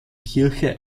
kirche